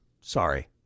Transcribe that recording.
Sorry